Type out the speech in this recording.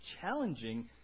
challenging